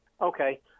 Okay